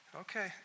Okay